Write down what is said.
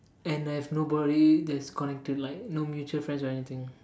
and I have nobody that is connected like no mutual friends or anything